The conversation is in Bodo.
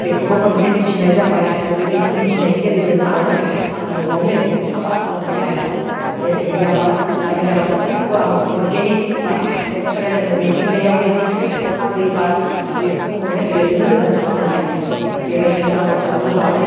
बेखौबो मोनसे मिनथिनाय जाबाय आरो बेबायदि मिनथिनायनि गेजेरजोंनो आङो आंनि न'आवनो आबाद खालामनो लाबाय ओह मेसेंनि आबाद दैज्लांनि आबाद गासैखौबो आङो अरगेनिक एबा नेसारेल होनो मिथिंगायावहाय जिखिनि अखा दै बार बेफोरखौ मोनो बेजोंनो जोङो खालामनो हायो दा बेबायदिनो आंबो खालामनो लाबाय